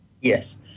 Yes